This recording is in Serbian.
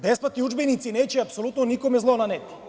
Besplatni udžbenici neće apsolutno nikome zlo naneti.